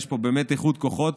יש פה באמת איחוד כוחות,